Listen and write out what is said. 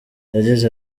yagize